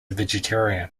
vegetarian